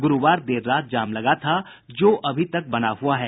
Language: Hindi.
गुरूवार देर रात जाम लगा था जो अभी तक लगा हुआ है